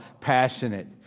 passionate